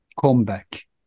comeback